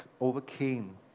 overcame